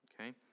Okay